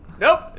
Nope